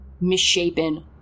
misshapen